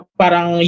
parang